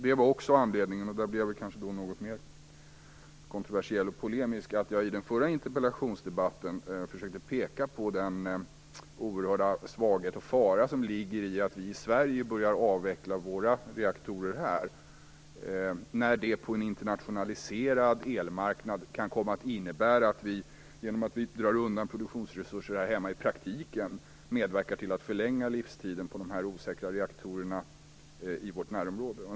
Det var också anledningen till att jag - nu blir jag kanske något mer kontroversiell och polemisk - i den förra interpellationsdebatten försökte peka på den oerhörda fara som ligger i att vi i Sverige börjar avveckla våra reaktorer. På en internationaliserad elmarknad kan det komma att innebära att vi i praktiken medverkar till att förlänga livstiden på de osäkra reaktorerna i vårt närområde genom att vi drar undan produktionsresurser här hemma.